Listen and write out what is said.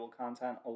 content